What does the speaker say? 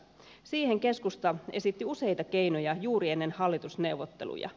siihen keskusta esitti useita keinoja juuri ennen hallitusneuvotteluja